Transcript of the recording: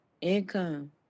income